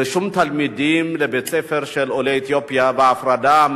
6 אבישי ברוורמן (העבודה):